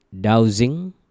dowsing